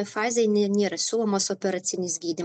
fazėj nė nėra siūlomas operacinis gydym